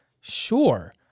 sure